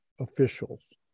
officials